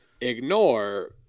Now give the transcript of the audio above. ignore